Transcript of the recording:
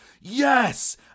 yes